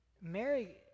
Mary